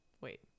Wait